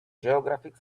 geographic